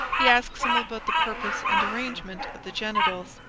he asks him about the purpose and arrangement of the genitals.